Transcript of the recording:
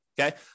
Okay